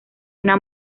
una